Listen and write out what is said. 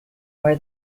where